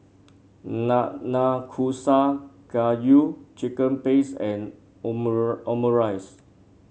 Nanakusa Gayu Chicken Pasta and Omurice